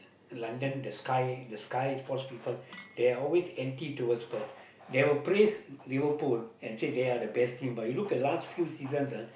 London the sky the sky force sports they are always anti towards Spurs they will praise Liverpool and say they are the best team but you look at last few seasons ah